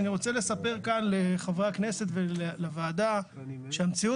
אני רוצה לספר כאן לחברי הכנסת ולוועדה שהמציאות